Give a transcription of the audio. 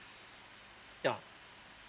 yeah